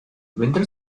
winter